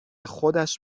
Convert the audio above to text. خودش